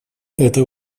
это